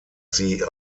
sie